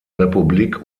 republik